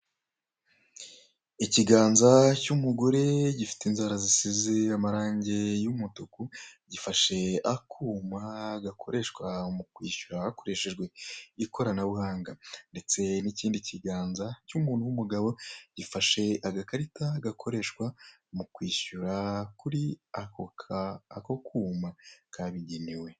Ikiganza cy'umugore gifite inzara zisize amarange y'umutuku, gifashe akuma gakoreshwa mu kwishyura hakoreshejwe ikoranabuhanga, ndetse n'ikindi kiganza cy'umuntu w'umugabo gifashe agakarita gakoreshwa mu kwishyura kuri ako ka, ako kuma kabigenewe.